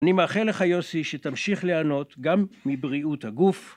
אני מאחל לך, יוסי, שתמשיך ליהנות גם מבריאות הגוף.